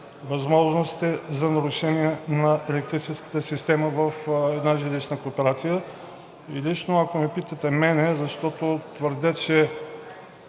възможностите за нарушения на електрическата система в една жилищна кооперация. И лично, ако ме питате мен, защото твърдя, че